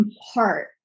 heart